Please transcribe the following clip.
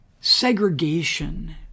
segregation